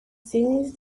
sidney